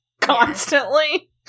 constantly